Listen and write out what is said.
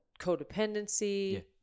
codependency